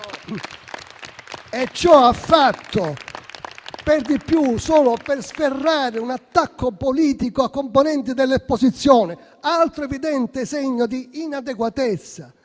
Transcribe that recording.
ciò, per di più, solo per sferrare un attacco politico a componenti dell'opposizione: altro evidente segno di inadeguatezza